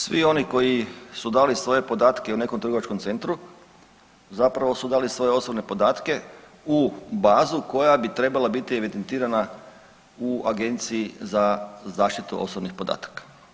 Svi oni koji su dali svoje podatke u nekom trgovačkom centru zapravo su dali svoje osobne podatke u bazu koja bi trebala biti evidentirana u Agenciji za zaštitu osobnih podataka.